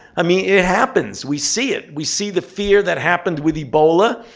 i mean, it happens. we see it. we see the fear that happened with ebola.